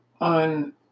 on